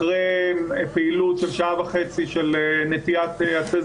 אחרי פעילות של שעה וחצי של נטיעת עצי